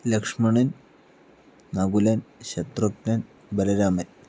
Lakshmanan Nakulan Shatrughnan Balaraman